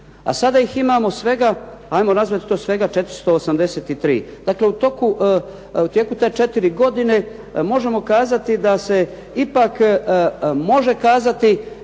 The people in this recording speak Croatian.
A sada ih imamo svega, 'ajmo to svega 483. dakle, u tijeku te 4 godine možemo kazati da se ipak može kazati